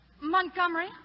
Montgomery